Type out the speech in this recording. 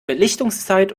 belichtungszeit